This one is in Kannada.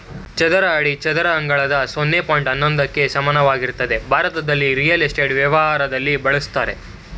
ಚದರ ಅಡಿ ಚದರ ಅಂಗಳದ ಸೊನ್ನೆ ಪಾಯಿಂಟ್ ಹನ್ನೊಂದಕ್ಕೆ ಸಮಾನವಾಗಿರ್ತದೆ ಭಾರತದಲ್ಲಿ ರಿಯಲ್ ಎಸ್ಟೇಟ್ ವ್ಯವಹಾರದಲ್ಲಿ ಬಳುಸ್ತರೆ